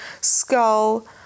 skull